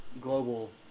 global